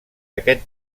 aquest